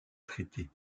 traitée